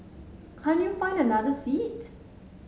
can't you find another seat